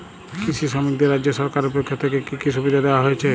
কৃষি শ্রমিকদের রাজ্য সরকারের পক্ষ থেকে কি কি সুবিধা দেওয়া হয়েছে?